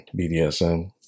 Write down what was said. BDSM